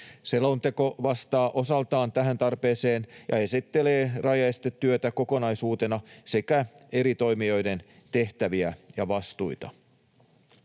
Selonteko vastaa osaltaan tähän tarpeeseen ja esittelee rajaestetyötä kokonaisuutena sekä eri toimijoiden tehtäviä ja vastuita.